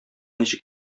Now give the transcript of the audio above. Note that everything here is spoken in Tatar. ничек